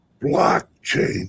blockchain